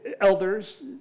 elders